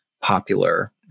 popular